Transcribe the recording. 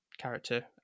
character